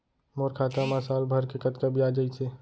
मोर खाता मा साल भर के कतका बियाज अइसे?